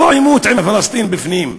לא עימות עם הפלסטינים בפנים.